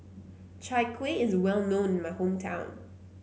Chai Kuih is well known in my hometown